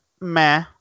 Meh